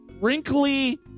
wrinkly